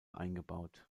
eingebaut